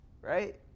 Right